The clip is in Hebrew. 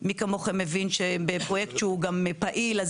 מי כמוך מבין שבפרויקט שהוא גם פעיל אז